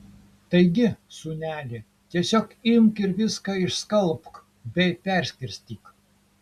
taigi sūneli tiesiog imk ir viską išskalbk bei perskirstyk